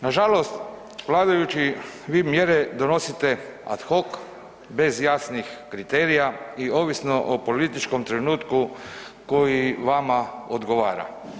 Nažalost, vladajući vi mjere donosite ad hoc bez jasnih kriterija i ovisno o političkom trenutku koji vama odgovara.